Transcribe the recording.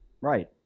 Right